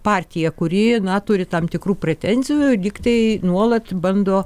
partija kuri na turi tam tikrų pretenzijų ir lyg tai nuolat bando